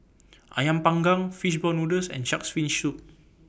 Ayam Panggang Fish Ball Noodles and Shark's Fin Soup